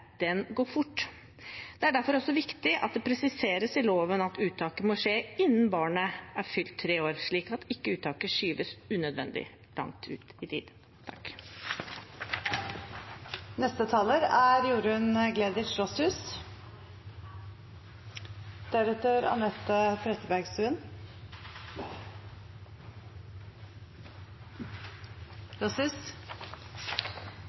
den går fort. Det er derfor også viktig at det presiseres i loven at uttaket må skje innen barnet er fylt tre år, slik at ikke uttaket skyves unødvendig langt ut i tid.